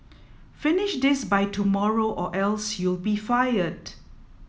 finish this by tomorrow or else you'll be fired